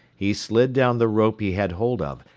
he slid down the rope he had hold of,